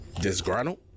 Disgruntled